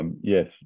Yes